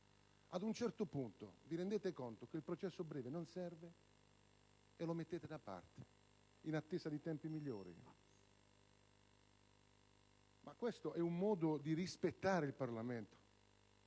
Ad un certo punto vi rendete conto che il processo breve non serve e lo mettete da parte, in attesa di tempi migliori. Vi sembra un modo di rispettare il Parlamento